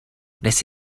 wnes